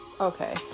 okay